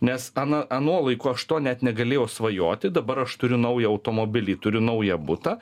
nes ana anuo laiku aš to net negalėjau svajoti dabar aš turiu naują automobilį turiu naują butą